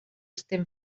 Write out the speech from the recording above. estem